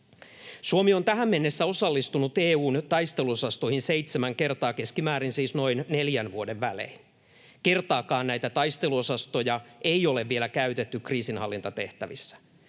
Suomi on tähän mennessä osallistunut EU:n taisteluosastoihin seitsemän kertaa, siis keskimäärin noin neljän vuoden välein. Kertaakaan näitä taisteluosastoja ei ole vielä käytetty kriisinhallintatehtävissä.